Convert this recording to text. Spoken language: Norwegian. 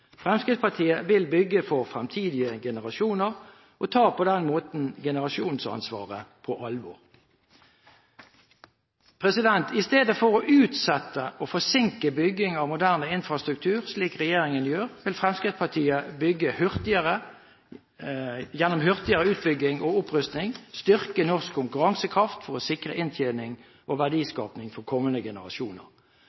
Fremskrittspartiet vil bygge for fremtidige generasjoner og tar på den måten generasjonsansvaret på alvor. I stedet for å utsette og forsinke bygging av moderne infrastruktur – slik regjeringen gjør – vil Fremskrittspartiet gjennom hurtigere utbygging og opprustning styrke norsk konkurransekraft for å sikre inntjening og